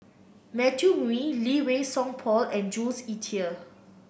Matthew Ngui Lee Wei Song Paul and Jules Itier